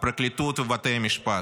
על הפרקליטות ובתי המשפט,